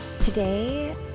Today